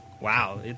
Wow